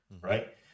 right